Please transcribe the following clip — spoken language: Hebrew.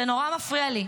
זה נורא מפריע לי,